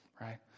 right